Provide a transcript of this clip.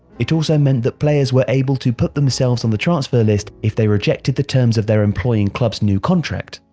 it also meant that players were able to put themselves on the transfer list if they rejected the terms of their employing club's new contract,